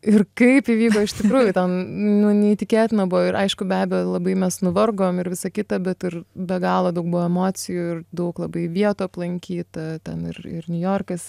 ir kaip įvyko iš tikrųjų ten nu neįtikėtina buvo ir aišku be abejo labai mes nuvargom ir visa kita bet ir be galo daug buvo emocijų ir daug labai vietų aplankyta ten ir ir niujorkas